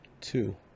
Two